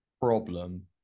problem